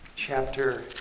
Chapter